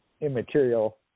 immaterial